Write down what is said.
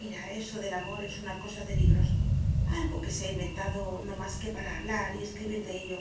mira eso del amor es una cosa de libros algo que se ha inventado no más que para hablar y escribir de ello